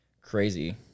crazy